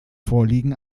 vorliegen